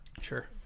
Sure